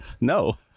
no